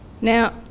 Now